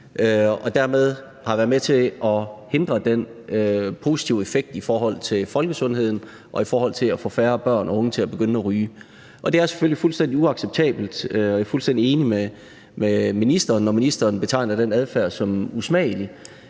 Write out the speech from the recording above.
og dermed har været med til at hindre, at vi har fået den positive effekt i forhold til folkesundheden og i forhold til at få færre børn og unge til at begynde at ryge. Det er selvfølgelig fuldstændig uacceptabelt, og jeg er fuldstændig enig med ministeren, når ministeren betegner den adfærd som usmagelig,